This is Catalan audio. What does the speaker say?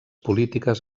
polítiques